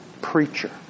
preacher